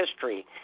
history